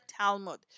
Talmud